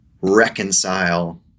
reconcile